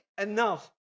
enough